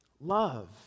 Love